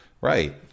Right